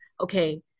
okay